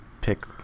pick